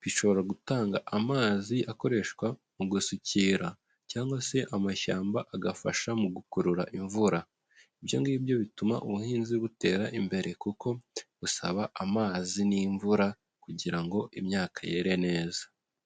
bishobora gutanga amazi akoreshwa mu gusukira, cyangwa se amashyamba agafasha mu gukurura imvura, ibyo ngibyo bituma ubuhinzi butera imbere, kuko busaba amazi n'imvura kugira ngo imyaka yere neza.